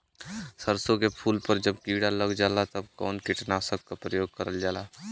सरसो के फूल पर जब किड़ा लग जाला त कवन कीटनाशक क प्रयोग करल जाला?